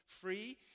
free